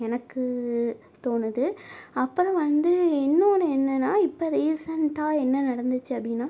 எனக்கு தோணுது அப்புறம் வந்து இன்னொன்று என்னன்னா இப்போ ரீசன்ட்டாக என்ன நடந்துச்சு அப்படினா